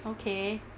okay